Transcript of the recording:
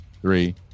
three